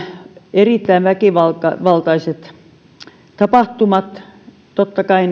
erittäin väkivaltaisiin tapahtumiin totta kai